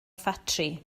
ffatri